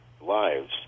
lives